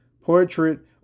portrait